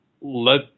let